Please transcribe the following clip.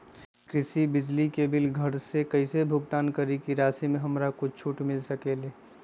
कृषि बिजली के बिल घर से कईसे भुगतान करी की राशि मे हमरा कुछ छूट मिल सकेले?